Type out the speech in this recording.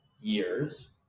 years